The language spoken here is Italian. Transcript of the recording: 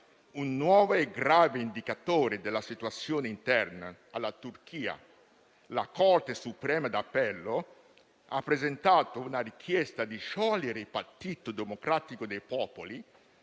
un nuovo e grave indicatore della situazione interna alla Turchia: la Corte suprema d'appello ha presentato una richiesta di sciogliere il Partito Democratico dei Popoli,